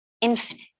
infinite